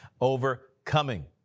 overcoming